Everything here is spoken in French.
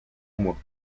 moi